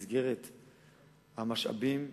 במסגרת המשאבים,